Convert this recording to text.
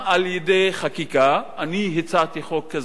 על-ידי חקיקה, אני הצעתי חוק כזה: